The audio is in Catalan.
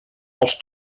els